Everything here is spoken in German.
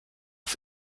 auf